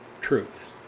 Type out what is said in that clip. truth